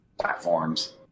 platforms